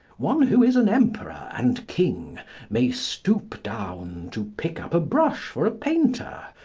one who is an emperor and king may stoop down to pick up a brush for a painter,